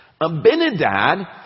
Abinadad